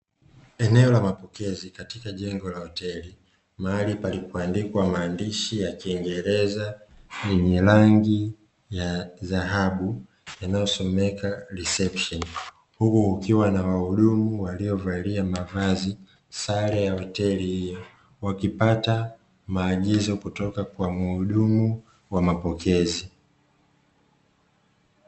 Eneo la mapokezi katika jengo la hoteli mahali palipoandikwa maandishi ya kiingereza yenye rangi ya dhahabu yanayosomeka "reception" huku ukiwa na wahudumu waliovalia mavazi sare ya hoteli hiyo, wakipata maagizo kutoka kwa muhudumu wa mapokezi.